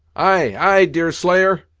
ay, ay, deerslayer,